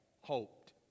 hoped